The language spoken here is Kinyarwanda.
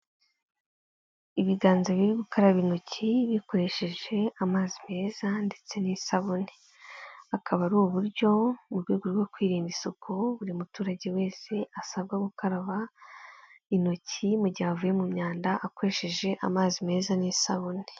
Ibiganza biri gukaraba intoki bikoresheje amazi meza ndetse n'isabune akaba ari uburyo mu rwego rwo kwirinda isuku buri muturage wese asabwa gukaraba intoki mu gihe avuye mu myanda akoresheje amazi meza n'isabune.